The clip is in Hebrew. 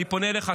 אני פונה אליך,